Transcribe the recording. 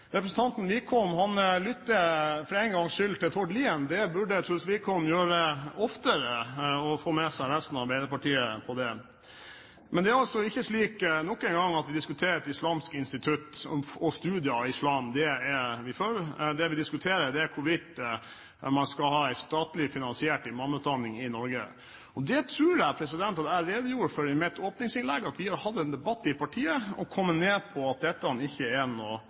representanten Wickholm lytter for én gangs skyld til Tord Lien – det burde Truls Wickholm gjøre oftere, og få med seg resten av Arbeiderpartiet på det. Men det er altså ikke slik at vi nok en gang diskuterer et islamsk institutt og studier i islam. Det er vi for. Det vi diskuterer, er hvorvidt man skal ha en statlig finansiert imamutdanning i Norge. Jeg tror jeg i mitt åpningsinnlegg redegjorde for at vi har hatt en debatt i partiet og falt ned på at det ikke er